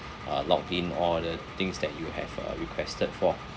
uh log in all the things that you have uh requested for